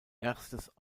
erstes